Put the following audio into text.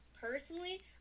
personally